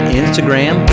instagram